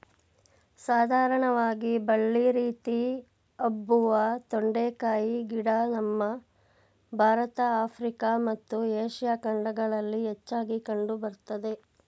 ಸಾಧಾರಣವಾಗಿ ಬಳ್ಳಿ ರೀತಿ ಹಬ್ಬುವ ತೊಂಡೆಕಾಯಿ ಗಿಡ ನಮ್ಮ ಭಾರತ ಆಫ್ರಿಕಾ ಮತ್ತು ಏಷ್ಯಾ ಖಂಡಗಳಲ್ಲಿ ಹೆಚ್ಚಾಗಿ ಕಂಡು ಬರ್ತದೆ